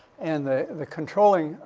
and the the controlling,